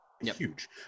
Huge